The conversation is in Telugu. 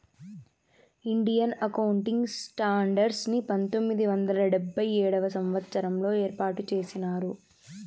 ఇండియన్ అకౌంటింగ్ స్టాండర్డ్స్ ని పంతొమ్మిది వందల డెబ్భై ఏడవ సంవచ్చరంలో ఏర్పాటు చేసినారు